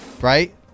right